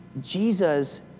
Jesus